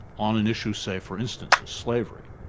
on an issue say for instance, slavery,